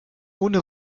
ohne